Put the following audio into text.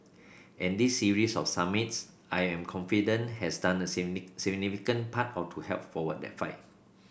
and this series of summits I am confident has done a significant part how to help for what they fight